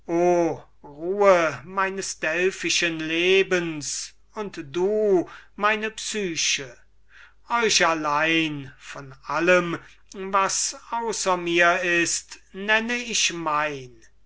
ruhe meines delphischen lebens und du meine psyche dich allein von allem was außer mir ist nenne ich mein